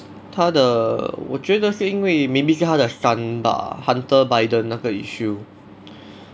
他的我觉得是因为 maybe 他的 son bah hunter biden 那个 issue